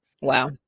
Wow